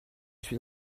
suis